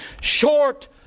short